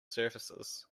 surfaces